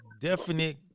definite